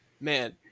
man